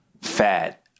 fat